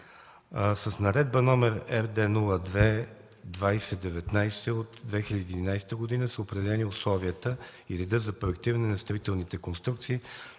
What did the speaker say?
С Наредба № РД-02-20-19 от 2011 г. са определени условията и реда за проектиране на строителните конструкции